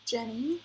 Jenny